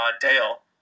Dale